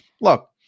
look